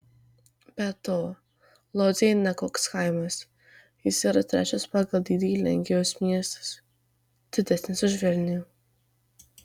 be to lodzė ne koks kaimas jis yra trečias pagal dydį lenkijos miestas didesnis už vilnių